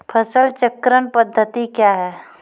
फसल चक्रण पद्धति क्या हैं?